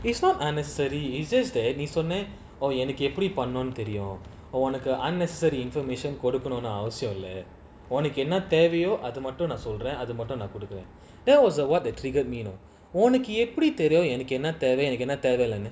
it's not unnecessary its just that நீசொன்னஎனக்குஎப்படிபண்ணனும்னுதெரியும்:nee sonna enaku epdi pannanumnu therium or like a unnecessary information கொடுக்கணும்னுஅவசியம்இல்ல:kodukanumnu avasiyam illa I cannot tell you அதுமட்டும்நான்கொடுக்குறேன்:adhu mattum nan kodukuren that was uh what that triggered me you know உனக்குஎப்படிதெரியும்எனக்குஎன்னதேவஎனக்குஎன்னதேவஇல்லன்னு:unaku epdi therium enaku enna theva enaku enna thevaillanu you cannot tell me you cannot tell leh